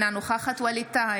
אינה נוכחת ווליד טאהא,